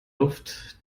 luft